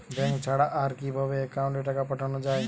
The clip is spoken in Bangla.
ব্যাঙ্ক ছাড়া আর কিভাবে একাউন্টে টাকা পাঠানো য়ায়?